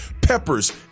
Peppers